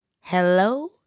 Hello